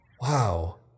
Wow